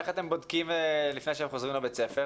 איך אתם בודקים לפני שהם חוזרים לבית הספר?